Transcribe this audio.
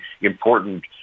important